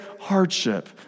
hardship